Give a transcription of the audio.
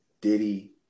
diddy